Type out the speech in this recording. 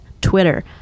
twitter